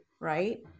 Right